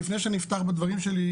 לפני שאני אפתח בדברים שלי,